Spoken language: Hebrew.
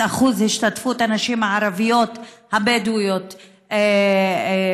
אחוז ההשתתפות של הנשים הערביות הבדואיות בתעסוקה.